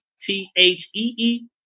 T-H-E-E